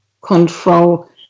control